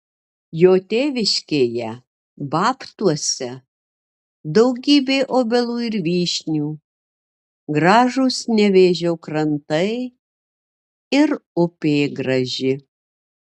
jo tėviškėje babtuose daugybė obelų ir vyšnių gražūs nevėžio krantai ir upė graži